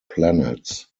planets